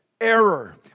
error